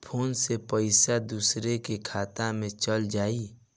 Phone से पईसा दूसरे के खाता में चल जाई?